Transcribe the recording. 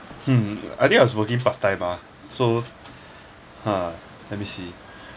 hmm I think I was working part time ah so ha let me see